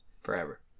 forever